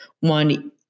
one